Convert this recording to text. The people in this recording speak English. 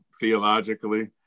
theologically